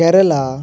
Kerala